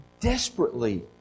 desperately